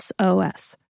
SOS